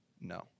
No